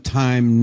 time